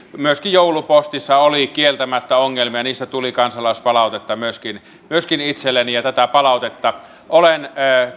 myöskin joulupostissa oli kieltämättä ongelmia ja niistä tuli kansalaispalautetta myöskin myöskin itselleni ja tätä palautetta olen